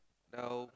now